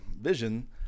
vision